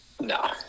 No